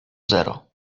zero